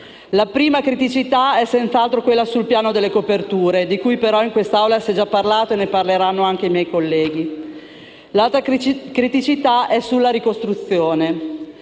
La prima interviene senz'altro sul piano delle coperture, di cui però in quest'Aula si è già parlato e di cui parleranno anche i miei colleghi; l'altra criticità concerne la ricostruzione,